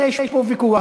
אלא יש פה ויכוח.